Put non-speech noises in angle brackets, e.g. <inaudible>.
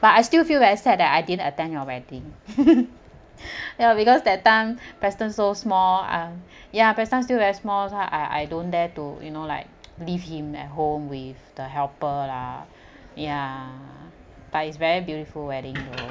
but I still feel very sad that I didn't attend your wedding <noise> ya because that time preston so small I'm ya preston still very small so I I don't dare to you know like leave him at home with the helper lah ya but it's very beautiful wedding though